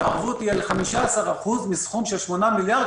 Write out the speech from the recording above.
והערבות היא על 15% מסכום של 8 מיליארד,